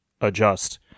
adjust